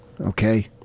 Okay